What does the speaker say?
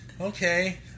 okay